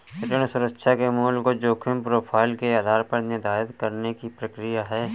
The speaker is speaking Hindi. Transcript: ऋण सुरक्षा के मूल्य को जोखिम प्रोफ़ाइल के आधार पर निर्धारित करने की प्रक्रिया है